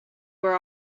were